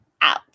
out